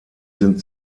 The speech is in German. sind